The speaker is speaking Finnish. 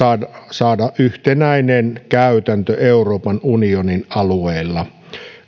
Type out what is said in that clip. saada yhtenäinen käytäntö euroopan unionin alueella